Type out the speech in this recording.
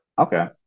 Okay